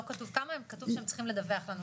לא כתוב כמה, כתוב שהם צריכים לדווח לנו.